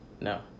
No